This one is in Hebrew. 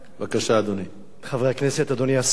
חברי הכנסת, אדוני השר, זו פעם שנייה